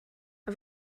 mae